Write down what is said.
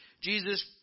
Jesus